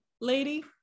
lady